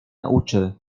nauczy